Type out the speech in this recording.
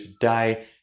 today